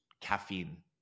caffeine